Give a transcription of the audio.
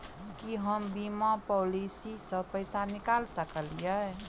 की हम बीमा पॉलिसी सऽ पैसा निकाल सकलिये?